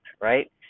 right